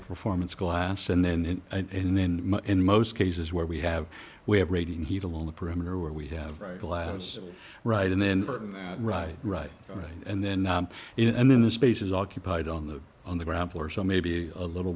performance glass and then in and then in most cases where we have we have radiant heat along the perimeter where we have right glass right and then right right right and then in and then the space is occupied on the on the ground floor so maybe a little